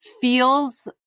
feels